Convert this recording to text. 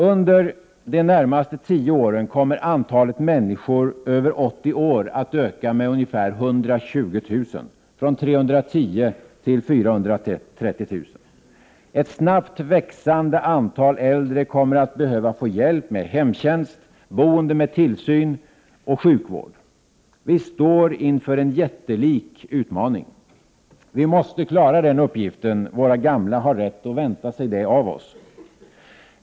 Under de närmaste tio åren kommer antalet människor över 80 år att öka med ungefär 120 000 eller från 310 000 till 430 000. Ett snabbt växande antal äldre kommer att behöva få hjälp med hemtjänst, boende med tillsyn och sjukvård. Vi står inför en jättelik utmaning. Vi måste klara den uppgiften. Våra gamla har rätt att vänta sig det av oss.